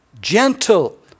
Gentle